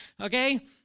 Okay